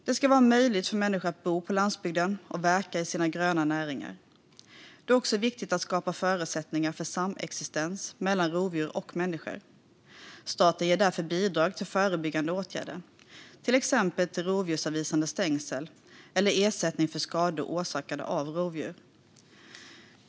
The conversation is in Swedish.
Det ska vara möjligt för människor att bo på landsbygden och verka i sina gröna näringar. Det är också viktigt att skapa förutsättningar för samexistens mellan rovdjur och människor. Staten ger därför bidrag till förebyggande åtgärder, till exempel till rovdjursavvisande stängsel eller ersättning för skador orsakade av rovdjur.